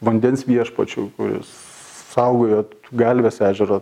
vandens viešpačiu kuris saugojo galvės ežerą